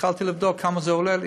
התחלתי לבדוק כמה זה עולה לי.